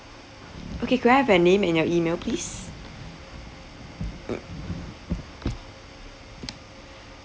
okay could I have your name and your email please mm